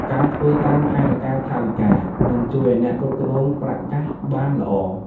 ការធ្វើតាមផែនការថវិកា នឹងជួយឲ្យអ្នកគ្រប់គ្រងប្រាក់កាសបានល្អ។